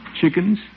chickens